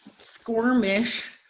squirmish